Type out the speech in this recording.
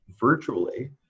virtually